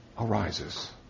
arises